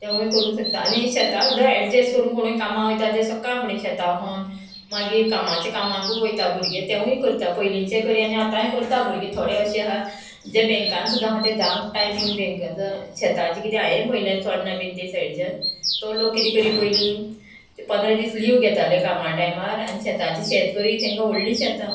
तेवूय करूंक शकता आनी शेतांक सुद्दां एडजस्ट करून कोणूय कामां वयता तें सक्का फुडें शेतां होन मागीर कामाचें कामाकूय वयता भुरगें तेंवूय करता पयलींचें करी आतांय करता भुरगीं थोडें अशें आहा जें बँकान सुद्दां आहा तें धांक टायमींग बँक शेताचें किदें हांयेन पयल्यान चोडना बीन ते सायडीच्यान तो लोक किदें करी पयली ते पंदरा दीस लिव घेताले कामा टायमार आनी शेताची शेत करी तेंका व्हडली शेतां